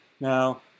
now